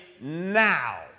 now